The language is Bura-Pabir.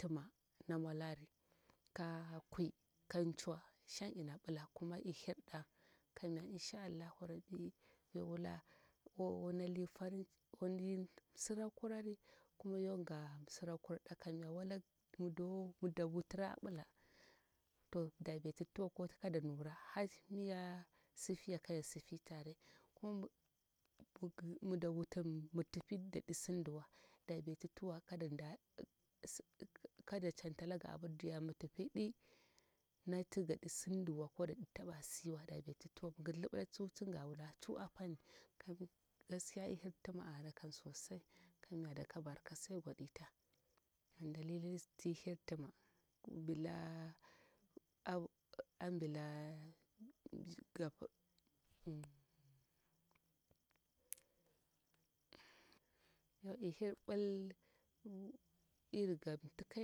Tima na mwolari ka kwui kan ncuwa shang ina bila kuma ihir da kamya insha allahu rabbi yo wula onali farin oni msirakurari kuma yonga msirakurda kamya wala mido mida wutira a bila to da beti tuwa ko kada nura harse miyasifiya kaya sifi tare kuma mi dawuti mitipi ti dadi sindiwa da beti tuwa kada nda la kada canta lagi abir diya mitipi di nati gadi sindiwa ko dadi taba siwa da beti tuwa gi libila tsu ga wula tsu apani gaskiya ihir tima ana kam sosai kamya daka barka sai godita an dalili ti hir tima bila ambila ga kuma ihir bil iri gam mtikayare.